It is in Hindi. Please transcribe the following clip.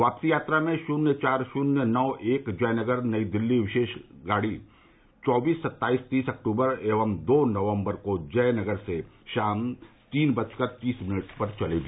वापसी यात्रा में शून्य चार शून्य नौ एक जयनगर नई दिल्ली विशेष गाड़ी चौबीस सत्ताईस तीस अक्टूबर एवं दो नवम्बर को जयनगर से शाम तीन बजकर तीस मिनट पर चलेगी